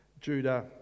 Judah